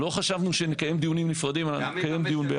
לא חשבנו שנקיים דיונים נפרדים, נקיים דיון יחד.